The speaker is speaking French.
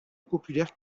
populaire